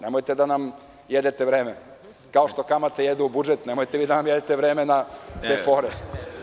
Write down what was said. Nemojte da nam jedete vreme kao što kamate jedu budžet, nemojte da nam jedete vreme na te fore.